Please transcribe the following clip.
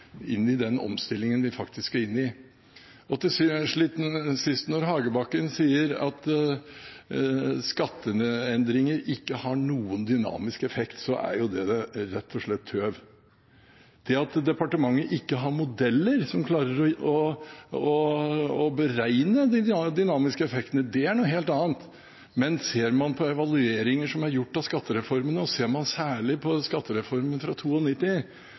inn i den omstillingen vi faktisk skal inn i. Til sist: Når Tore Hagebakken sier at skatteendringer ikke har noen «dynamisk effekt», er jo det rett og slett tøv. Det at departementet ikke har modeller som klarer å beregne de dynamiske effektene, er noe helt annet, men ser man på evalueringer som er gjort av skattereformene, og ser man særlig på skattereformen fra